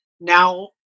Now